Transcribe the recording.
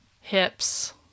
hips